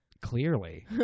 Clearly